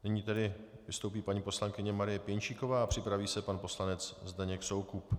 Nyní tedy vystoupí paní poslankyně Marie Pěnčíková a připraví se pan poslanec Zdeněk Soukup.